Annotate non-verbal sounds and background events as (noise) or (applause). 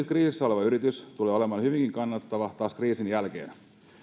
(unintelligible) kriisissä oleva yritys tulee olemaan hyvinkin kannattava taas kriisin jälkeen